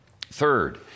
Third